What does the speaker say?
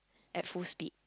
at full speed